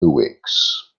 weeks